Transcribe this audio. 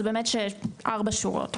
זה רק ארבע שורות.